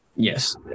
Yes